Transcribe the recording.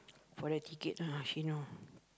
for the ticket ah she know